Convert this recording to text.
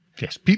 yes